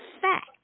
fact